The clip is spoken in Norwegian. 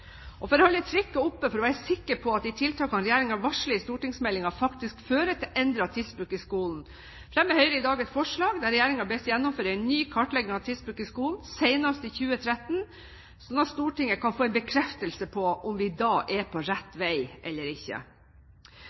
For å holde trykket oppe og for å være sikker på at de tiltakene regjeringen varsler i stortingsmeldingen, faktisk fører til endret tidsbruk i skolen, fremmer Høyre i dag et forslag der regjeringen bes gjennomføre en ny kartlegging av tidsbruk i skolen senest i 2013, slik at Stortinget kan få en bekreftelse på om vi da er på rett vei eller ikke.